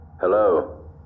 Hello